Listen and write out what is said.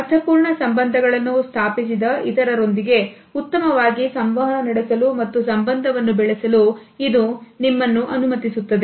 ಅರ್ಥಪೂರ್ಣ ಸಂಬಂಧಗಳನ್ನು ಸ್ಥಾಪಿಸಿದ ಇತರರೊಂದಿಗೆ ಉತ್ತಮವಾಗಿ ಸಂವಹನ ನಡೆಸಲು ಮತ್ತು ಸಂಬಂಧವನ್ನು ಬೆಳೆಸಲು ಇದು ನಿಮ್ಮನ್ನು ಅನುಮತಿಸುತ್ತದೆ